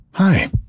Hi